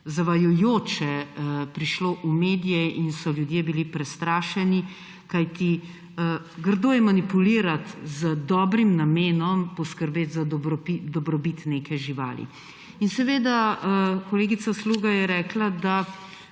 zavajajoče prišlo v medije in so bili ljudje prestrašeni, kajti grdo je manipulirati z dobrim namenom poskrbeti za dobrobit neke živali. Kolegica Sluga je rekla, da